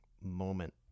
moment